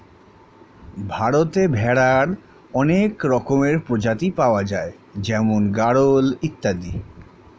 ভারতে ভেড়ার অনেক রকমের প্রজাতি পাওয়া যায় যেমন গাড়ল ইত্যাদি